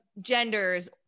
genders